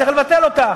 צריך לבטל אותה.